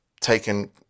taken